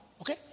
Okay